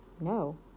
No